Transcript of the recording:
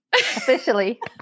Officially